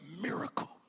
miracle